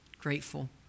Grateful